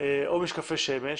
משקפי שמש,